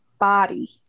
body